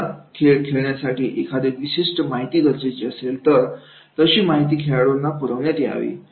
असा खेळण्यासाठी एखादी विशिष्ट माहिती गरजेची असेल तर तशी माहिती खेळाडूंना पुरवण्यात यावी